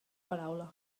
paraula